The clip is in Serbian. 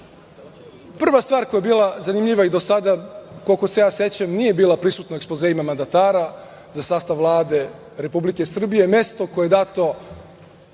stvar koja je bila zanimljiva i do sada, koliko se ja sećam, nije bila prisutna u ekspozeima mandatara za sastav Vlade Republike Srbije - mesto koje je dato